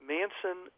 Manson